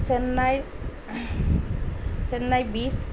চেন্নাইৰ চেন্নাই বিচ্